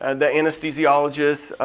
and the anesthesiologist.